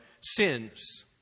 sins